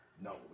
No